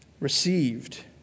received